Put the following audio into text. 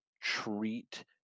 treat